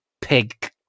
pig